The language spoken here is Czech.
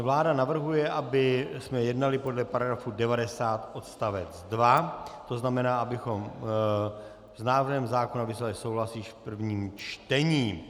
Vláda navrhuje, abychom jednali podle § 90 odst. 2, to znamená, abychom s návrhem zákona vyslovili souhlas již v prvním čtení.